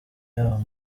y’aho